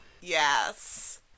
Yes